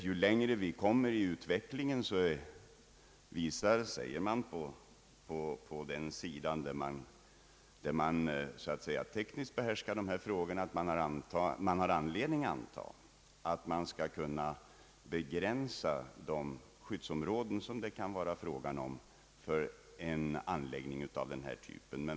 Ju längre vi kommer i utvecklingen har man enligt expertisen anledning anta att man skall kunna begränsa de skyddsområden som det kan bli fråga om för en anläggning av denna typ.